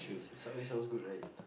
subway sounds good right